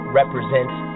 represents